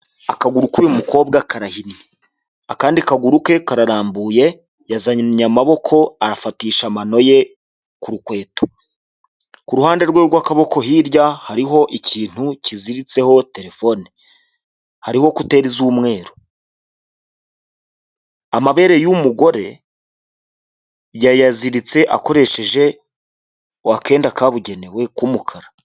Akaguru k'uyu mukobwa karahinye akandi kaguru ke kararambuye yazanye amaboko afatisha amano ye ku rukweto, ku ruhande rwe rw'aboko hirya hariho ikintu kiziritse telefone hariho ecouteri z'umweru, amabere y'umugore yayaziritse akoresheje akenda kabugene we k'umukara.